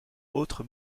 autres